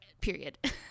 period